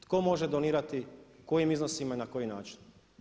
Tko može donirati u kojim iznosima i na koji način.